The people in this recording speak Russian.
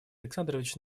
александрович